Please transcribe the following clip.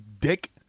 dick